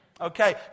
Okay